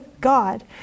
God